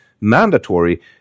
mandatory